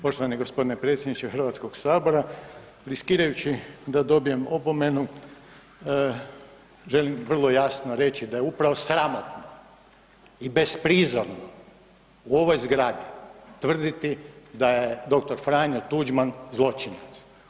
Poštovani gospodine predsjedniče Hrvatskog sabora riskirajući da dobijem opomenu želim vrlo jasno reći da je upravo sramotno i besprizorno u ovoj zgradi tvrditi da je dr. Franjo Tuđman zločinac.